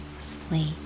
sleep